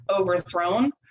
overthrown